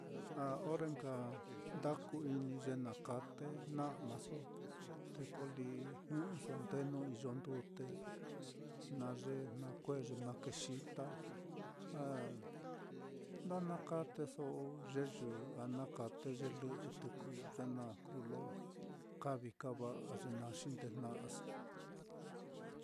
Ah ore nka nda ku-ini ye na kate na'maso, te ko lí jɨꞌɨso nde nuu iyo ndute, na ye nakue'e ye na kexita, ah nda nakateso ye yɨ a nakate ye lɨꞌɨ tuku ye naá kuu lo kavii kava'a ye na xindejnaso.